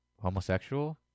homosexual